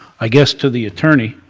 i guess, to the attorney,